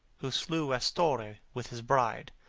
who slew astorre with his bride,